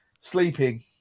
Sleeping